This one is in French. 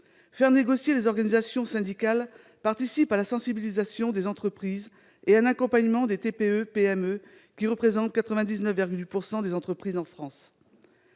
Faire négocier les organisations syndicales participe de la sensibilisation des entreprises et d'un accompagnement des TPE-PME, qui représentent 99,8 % des entreprises en France.